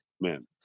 Man